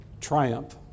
triumph